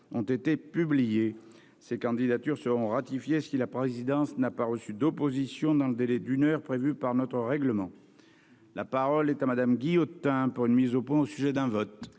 ont été publiées. Ces candidatures seront ratifiées si la présidence n'a pas reçu d'opposition dans le délai d'une heure prévu par notre règlement. La parole est à Mme Véronique Guillotin, pour une mise au point au sujet d'un vote.